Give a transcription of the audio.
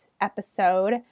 episode